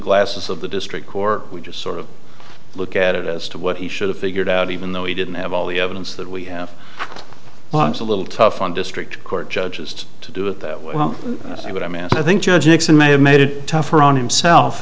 glasses of the district court we just sort of look at it as to what he should have figured out even though he didn't have all the evidence that we have well it's a little tough on district court judges to do it that well but i mean i think judge nixon may have made it tougher on himself